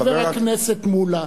חבר הכנסת מולה,